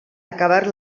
acabar